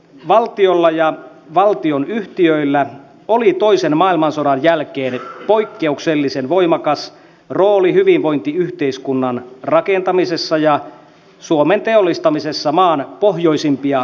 valtiolla ja valtionyhtiöillä oli toisen maailmansodan jälkeen poikkeuksellisen voimakas rooli hyvinvointiyhteiskunnan rakentamisessa ja suomen teollistamisessa maan pohjoisimpia kolkkia myöten